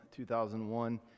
2001